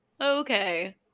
Okay